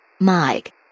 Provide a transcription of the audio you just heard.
Mike